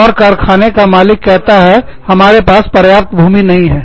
और कारखाने का मालिक कहता है हमारे पास पर्याप्त भूमि नहीं है